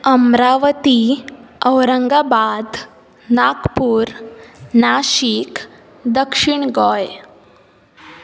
अम्रावती औरांगाबाद नागपूर नाशीक दक्षीण गोंय